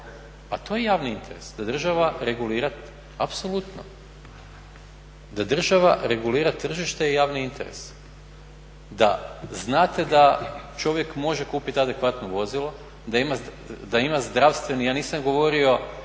Pa to je javni interes, da država regulira, apsolutno, da država regulira tržište i javni interes, da znate da čovjek može kupit adekvatno vozilo, da ima zdravstveni, ja nisam govorio